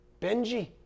Benji